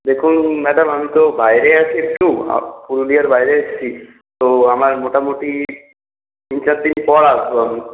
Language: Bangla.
দেখুন ম্যডাম আমি তো বাইরে আছি একটু পুরুলিয়ার বাইরে এসেছি তো আমার মোটামুটি তিন চার দিন পর আসবো আমি